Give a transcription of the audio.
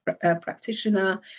practitioner